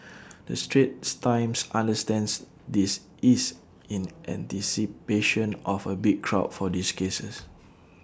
the straits times understands this is in anticipation of A big crowd for these cases